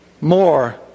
more